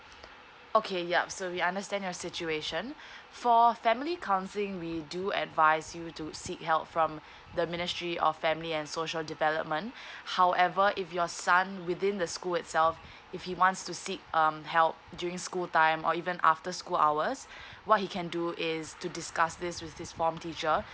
okay yup so we understand your situation for family counselling we do advise you to seek help from the ministry of family and social development however if your son within the school itself if he wants to seek um help during school time or even after school hours what he can do is to discuss this with his form teacher